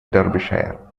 derbyshire